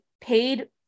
paid